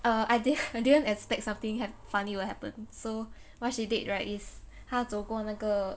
err I didn~ I didn't expect something hav~ funny will happen so what she did right is 她走过那个